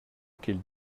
quelle